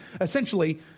essentially